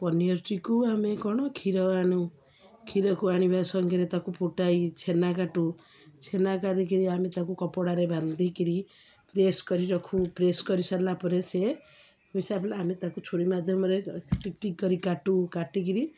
ପନିର୍ଟିକୁ ଆମେ କ'ଣ କ୍ଷୀର ଆଣୁ କ୍ଷୀରକୁ ଆଣିବା ସଙ୍ଗରେ ତାକୁ ଫୁଟାଇ ଛେନା କାଟୁ ଛେନା କାଟିକିରି ଆମେ ତାକୁ କପଡ଼ାରେ ବାନ୍ଧିକିରି ପ୍ରେସ୍ କରି ରଖୁ ପ୍ରେସ୍ କରିସାରିଲା ପରେ ସେ ଆମେ ତାକୁ ଛୁରୀ ମାଧ୍ୟମରେ ଟିକ୍ କରି କାଟୁ କାଟିକିରି